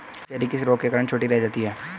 Cherry किस रोग के कारण छोटी रह जाती है?